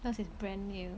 yours is brand new